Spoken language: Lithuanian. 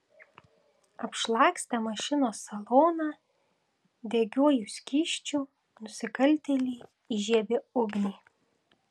apšlakstę mašinos saloną degiuoju skysčiu nusikaltėliai įžiebė ugnį